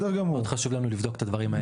מאוד חשוב לנו לבדוק את הדברים האלה.